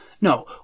No